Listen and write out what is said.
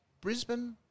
Brisbane